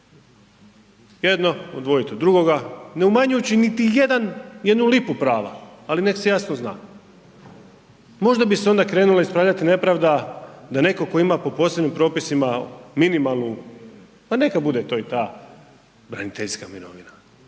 Jedno odvojiti od drugoga, ne umanjujući niti jednu lipu prava, ali neka se jasno zna. Možda bi se onda krenula ispravljati nepravda da netko tko ima po posebnim propisima minimalnu pa neka bude to i ta braniteljska mirovina,